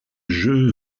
jeu